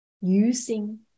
using